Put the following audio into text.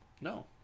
No